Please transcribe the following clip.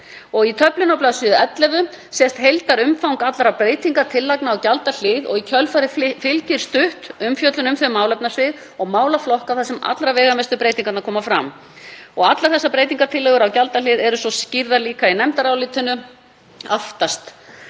Í töflunni á bls. 11 sést heildarumfang allra breytingartillagna á gjaldahlið og í kjölfarið fylgir stutt umfjöllun um þau málefnasvið og málaflokka þar sem allra veigamestu breytingarnar koma fram. Allar þessar breytingartillögur á gjaldahlið eru einnig skýrðar aftast í nefndarálitinu.